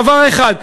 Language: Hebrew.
דבר אחד,